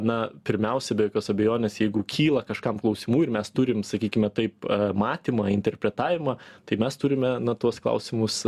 na pirmiausia be jokios abejonės jeigu kyla kažkam klausimų ir mes turim sakykime taip matymą interpretavimą tai mes turime na tuos klausimus